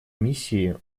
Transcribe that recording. миссии